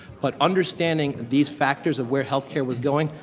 but understanding these factors of where healthcare was going,